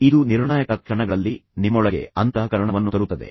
ಇದು ನಿರ್ಣಾಯಕ ಕ್ಷಣಗಳಲ್ಲಿ ನಿಮ್ಮೊಳಗೆ ಅಂತಃಕರಣವನ್ನು ತರುತ್ತದೆ